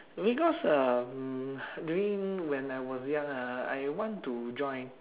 because um during when I was young ah I want to join